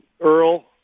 Earl